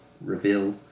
Reveal